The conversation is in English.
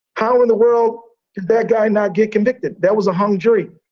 how in the world did that guy not get convicted? that was a hung jury.